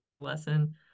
lesson